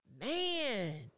Man